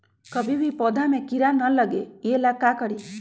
कभी भी पौधा में कीरा न लगे ये ला का करी?